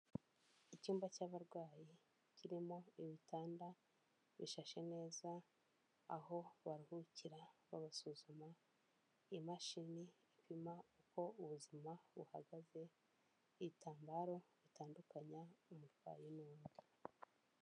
Icyumba cy'abarwayi kirimo ibitanda bishashe neza, aho baruhukira babasuzuma; imashini ipima uko ubuzima buhagaze, ibitambaro bitandukanya umurwayi n'undi.